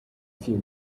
few